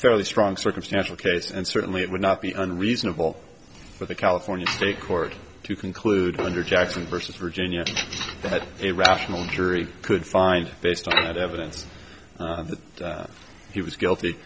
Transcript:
fairly strong circumstantial case and certainly it would not be unreasonable for the california state court to conclude under jackson versus virginia that a rational jury could find based on that evidence that he was guilty